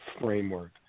framework